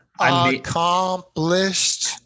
Accomplished